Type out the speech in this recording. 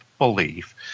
Belief